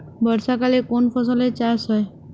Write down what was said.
বর্ষাকালে কোন ফসলের চাষ হয়?